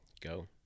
go